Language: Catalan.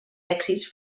èxits